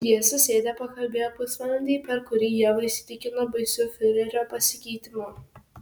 jie susėdę pakalbėjo pusvalandį per kurį ieva įsitikino baisiu fiurerio pasikeitimu